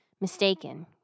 mistaken